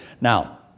Now